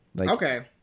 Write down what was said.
Okay